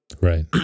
Right